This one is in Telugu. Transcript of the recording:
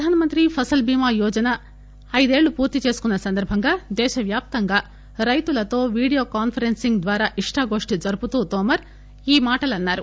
ప్రధాన మంత్రి ఫసల్ బీమా యోజన ఐదేళ్లు పూర్తి చేసుకున్న సందర్భంగా దేశ వ్యాప్తంగా రైతులతో వీడియో కాన్సరెన్సింగ్ ద్వారా ఇష్టాగోష్టి జరుపుతూ తోమర్ ఈ మాటలన్నారు